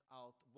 out